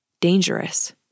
dangerous